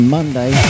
Monday